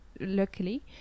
luckily